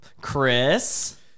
Chris